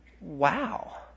Wow